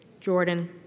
Jordan